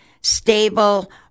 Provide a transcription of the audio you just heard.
stable